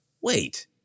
wait